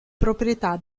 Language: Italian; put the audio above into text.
proprietà